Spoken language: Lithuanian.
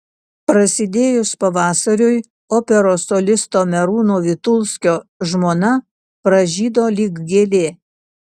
prasidėjus pavasariui operos solisto merūno vitulskio žmona pražydo lyg gėlė